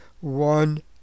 one